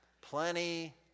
Plenty